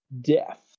death